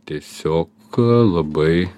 tiesiog labai